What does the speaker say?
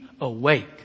awake